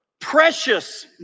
precious